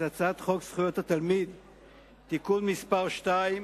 את הצעת חוק זכויות התלמיד (תיקון מס' 2),